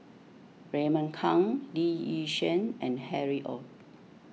Raymond Kang Lee Yi Shyan and Harry Ord